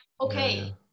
okay